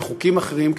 וחוקים אחרים,